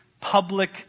public